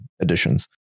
additions